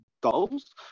goals